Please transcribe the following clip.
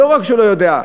לא רק שלא יודע.